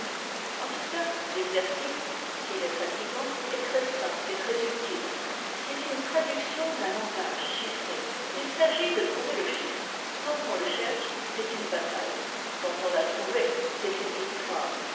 en tout cas l'exercice s'il est fatigant est très sain et très utile c'est une traduction d'un langage chiffré il s'agit de trouver le chiffre tant qu'on le cherche c'est une bataille quand on l'a trouvé c'est une victoire